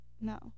No